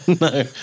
No